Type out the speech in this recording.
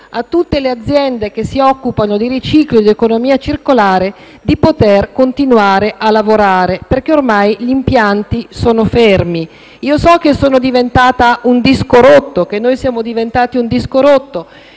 a tutte le aziende che si occupano di riciclo e di economia circolare di poter continuare a lavorare perché ormai gli impianti sono fermi. So che siamo diventati un disco rotto però, per cortesia, per